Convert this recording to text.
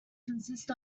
consist